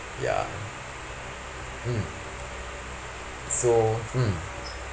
ya mm so mm